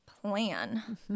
plan